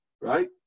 right